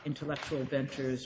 intellectual ventures